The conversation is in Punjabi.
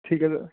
ਠੀਕ ਐ ਸਰ